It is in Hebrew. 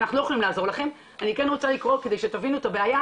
יכולתי להמשיך ולדבר עוד ועוד.